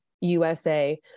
USA